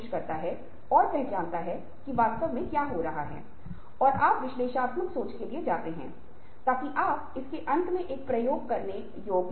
जब आप होते हैं तो आप जानते हैं कि कुछ चीजें कर रहे हैं और हम आश्वस्त नहीं कर पा रहे हैं तो यह बहुत मुश्किल है